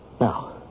Now